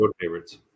favorites